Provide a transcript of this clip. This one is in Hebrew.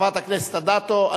חברת הכנסת אדטו.